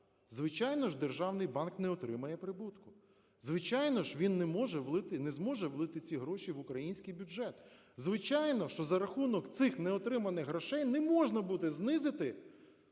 Звичайно, державний банк не отримає прибутку. Звичайно ж, він не може влити… не зможе влити ці гроші в український бюджет. Звичайно, що за рахунок цих неотриманих грошей не можна буде знизити